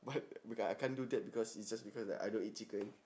but but I can't do that because is just because that I don't eat chicken